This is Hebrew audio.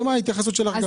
ומה ההתייחסות שלך?